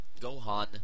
Gohan